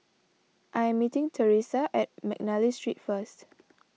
I am meeting Teressa at McNally Street first